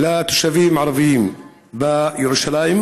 לתושבים ערבים בירושלים,